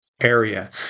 area